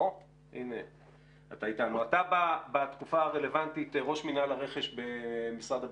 אתה בתקופה הרלוונטית ראש מינהל הרכש במשרד הביטחון,